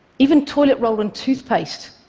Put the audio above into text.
even toilet roll and toothpaste.